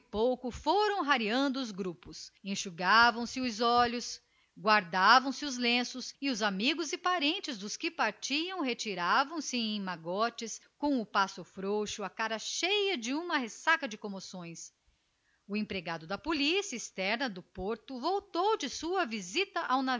pouco foram rareando os grupos enxugavam se os olhos guardavam se os lenços e os amigos e parentes dos que partiam retiravam-se em magotes com o passo frouxo a cara congestionada na ressaca das comoções o empregado da polícia externa do porto voltou da sua visita